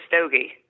Stogie